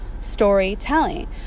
storytelling